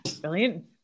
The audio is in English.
brilliant